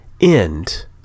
End